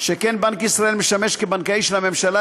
שכן בנק ישראל משמש כבנקאי של הממשלה